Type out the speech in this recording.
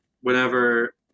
whenever